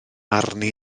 arni